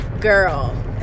girl